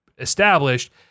Established